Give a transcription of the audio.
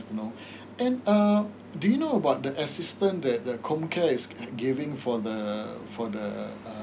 and ah um do you know about the assistance that the comcare is giving for the uh for the uh